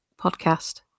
podcast